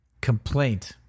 complaint